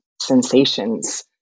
sensations